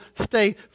stay